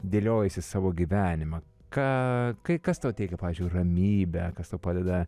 dėliojiesi savo gyvenimą ką kai kas tau teikia pavyzdžiui ramybę kas tau padeda